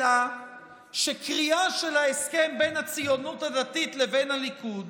אלא שקריאה של ההסכם בין הציונות הדתית לבין הליכוד